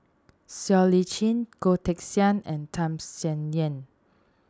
Siow Lee Chin Goh Teck Sian and Tham Sien Yen